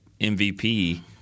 MVP